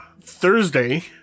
Thursday